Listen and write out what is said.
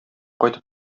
кайтып